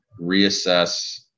reassess